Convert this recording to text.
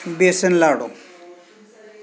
बेसनलाडू